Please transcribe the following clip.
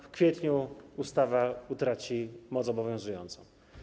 W kwietniu ustawa utraci moc obowiązującą.